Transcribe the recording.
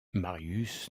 marius